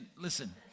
listen